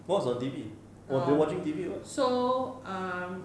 what's on T_V oh they watching T_V or what